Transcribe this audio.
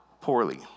poorly